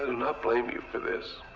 not blame you for this.